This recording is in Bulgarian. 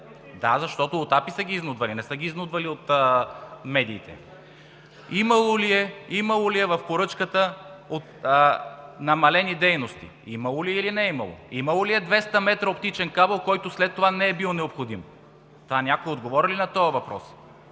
не? Защото от АПИ са ги изнудвали, не са ги изнудвали от медиите. Имало ли е в поръчката намалени дейности? Имало ли е, или не е имало? Имало ли е 200 метра оптичен кабел, който след това не е бил необходим? Някой отговори ли на този въпрос?